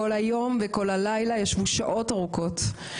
כל היום וכל הלילה, ישבו שעות ארוכות.